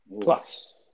plus